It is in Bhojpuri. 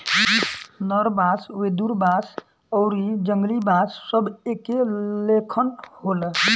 नर बांस, वेदुर बांस आउरी जंगली बांस सब एके लेखन होला